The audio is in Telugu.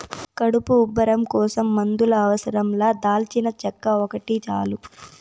కడుపు ఉబ్బరం కోసం మందుల అవసరం లా దాల్చినచెక్క ఒకటి చాలు